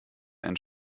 einen